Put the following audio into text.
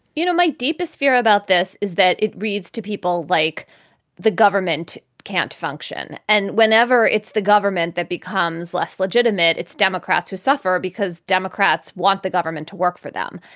you know, my deepest fear about this is that it reads to people like the government can't function. and whenever it's the government that becomes less legitimate, it's democrats who suffer because democrats want the government to work for them.